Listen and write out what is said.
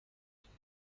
شناسی